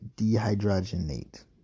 dehydrogenate